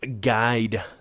guide